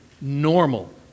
normal